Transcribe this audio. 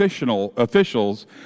officials